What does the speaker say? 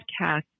podcast